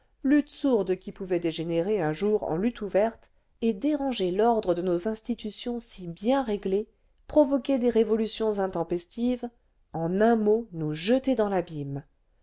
lutte sourde qui pouvait dégénérer nn jour en lutte ouverte et déranger l'ordre de nos institutions si bien le vingtième siècle réglées provoquer des révolutions intempestives en un mot nous jeter dans l'abîme